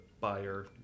buyer